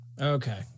Okay